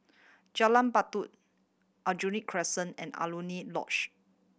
Jalan Batu Aljunied Crescent and Alaunia Lodge